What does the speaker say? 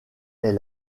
est